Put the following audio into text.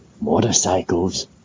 Motorcycles